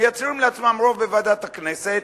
מייצרים לעצמם רוב בוועדת הכנסת,